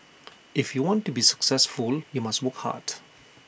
if you want to be successful you must work hard